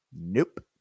Nope